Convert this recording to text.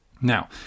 Now